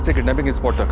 ah kidnapping so took